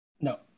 no